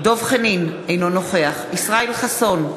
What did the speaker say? דב חנין, אינו נוכח ישראל חסון,